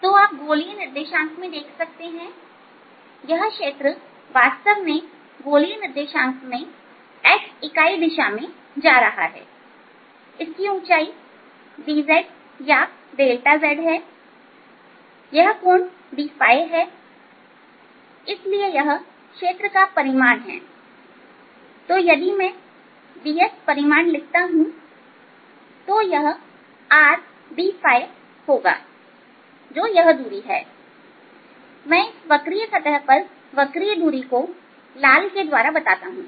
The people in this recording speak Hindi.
तो आप गोलीय निर्देशांक में देख सकते हैं यह क्षेत्र वास्तव में गोलीय निर्देशांक में s इकाई की दिशा में जा रहा है इसकी ऊंचाई dz या zहै यह कोण d है इसलिए यह क्षेत्र का परिमाण हैं तो यदि मैं ds परिमाण लिखता हूं तो यह Rdहोगा जो यह दूरी है मैं इस वक्रीय सतह पर वक्रीय दूरी को लाल के द्वारा बताता हूं